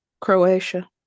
Croatia